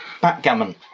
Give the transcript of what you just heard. backgammon